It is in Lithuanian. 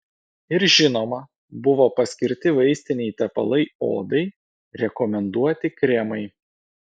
ir žinoma buvo paskirti vaistiniai tepalai odai rekomenduoti kremai